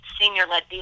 senior-led